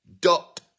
dot